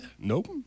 Nope